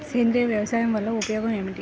సేంద్రీయ వ్యవసాయం వల్ల ఉపయోగం ఏమిటి?